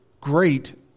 great